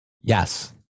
Yes